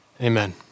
amen